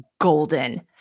golden